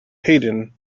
haydn